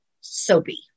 soapy